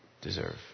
deserve